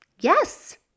Yes